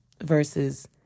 versus